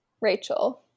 Rachel